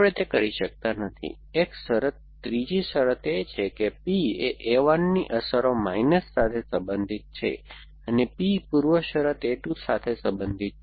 આપણે તે કરી શકતા નથી એક શરત ત્રીજી શરત એ છે કે P એ a 1 ની અસરો માઈનસ સાથે સંબંધિત છે અને P પૂર્વશરત a 2 સાથે સંબંધિત છે